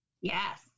Yes